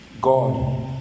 God